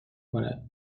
کند